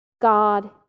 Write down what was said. God